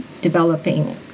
developing